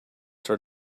their